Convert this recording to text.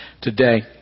today